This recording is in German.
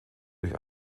durch